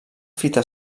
fita